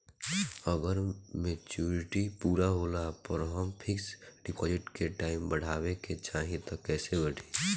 अगर मेचूरिटि पूरा होला पर हम फिक्स डिपॉज़िट के टाइम बढ़ावे के चाहिए त कैसे बढ़ी?